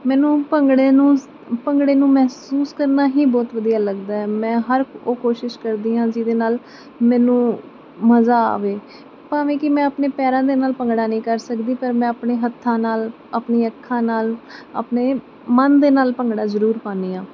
ਮੈਨੂੰ ਭੰਗੜੇ ਨੂੰ ਭੰਗੜੇ ਨੂੰ ਮਹਿਸੂਸ ਕਰਨਾ ਹੀ ਬਹੁਤ ਵਧੀਆ ਲੱਗਦਾ ਮੈਂ ਹਰ ਓਹ ਕੋਸ਼ਿਸ਼ ਕਰਦੀ ਹਾਂ ਜਿਹਦੇ ਨਾਲ ਮੈਨੂੰ ਮਜ਼ਾ ਆਵੇ ਭਾਵੇਂ ਕਿ ਮੈਂ ਆਪਣੇ ਪੈਰਾਂ ਦੇ ਨਾਲ ਭੰਗੜਾ ਨਹੀਂ ਕਰ ਸਕਦੀ ਪਰ ਮੈਂ ਆਪਣੇ ਹੱਥਾਂ ਨਾਲ ਆਪਣੀਆਂ ਅੱਖਾਂ ਨਾਲ ਆਪਣੇ ਮਨ ਦੇ ਨਾਲ ਭੰਗੜਾ ਜ਼ਰੂਰ ਪਾਉਂਦੀ ਹਾਂ